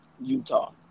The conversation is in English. Utah